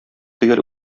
төгәл